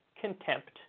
contempt